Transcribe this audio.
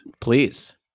Please